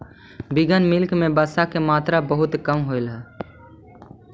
vegan milk में वसा के मात्रा बहुत कम होवऽ हइ